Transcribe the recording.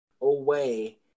away